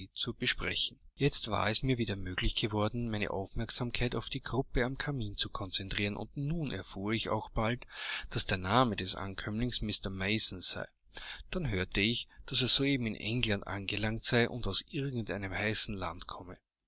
zu besprechen jetzt war es mir wieder möglich geworden meine aufmerksamkeit auf die gruppe am kamin zu konzentrieren und nun erfuhr ich auch bald daß der name des ankömmlings mr mason sei dann hörte ich daß er soeben in england angelangt sei und aus irgend einem heißen lande komme